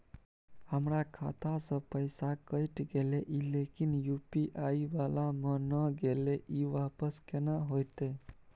हमर खाता स पैसा कैट गेले इ लेकिन यु.पी.आई वाला म नय गेले इ वापस केना होतै?